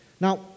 Now